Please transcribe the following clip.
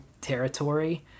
territory